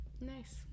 Nice